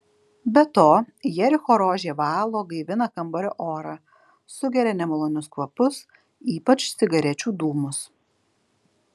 be to jericho rožė valo gaivina kambario orą sugeria nemalonius kvapus ypač cigarečių dūmus